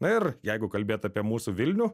na ir jeigu kalbėt apie mūsų vilnių